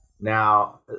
Now